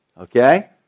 okay